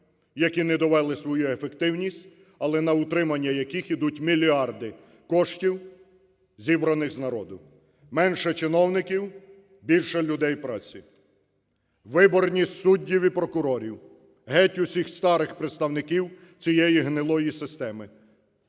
які не довели свою ефективність, але на утримання яких йдуть мільярди коштів, зібраних з народу. Менше чиновників, більше людей праці. Виборність суддів і прокурорів. Геть усіх старих представників цієї гнилої системи!